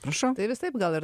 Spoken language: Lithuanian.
prašau tai visaip gal ir